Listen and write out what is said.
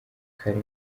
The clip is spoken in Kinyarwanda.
kare